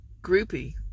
groupie